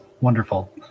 wonderful